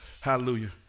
Hallelujah